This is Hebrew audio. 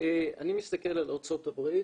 אני מסתכל על ארצות הברית,